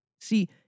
See